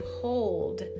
hold